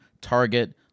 Target